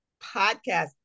podcast